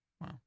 Wow